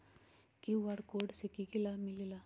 QR code से कि कि लाव मिलेला?